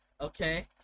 Okay